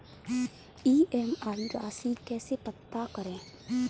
EMI राशि कैसे पता करें?